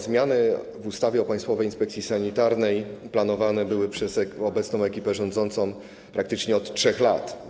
Zmiany w ustawie o Państwowej Inspekcji Sanitarnej planowane były przez obecną ekipę rządzącą praktycznie od 3 lat.